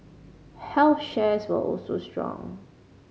health shares were also strong